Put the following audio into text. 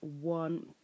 one